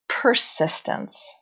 persistence